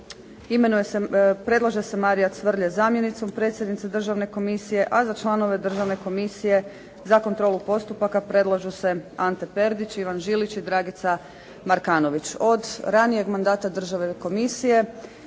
nabave, predlaže se Marija Cvrlje zamjenicom predsjednice Državne komisije, a za članove Državne komisije za kontrolu postupaka predlažu se Ante Perdić, Ivan Žilić i Dragica Markanović. Od ranijeg mandata Državne komisije